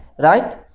Right